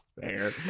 Fair